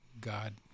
God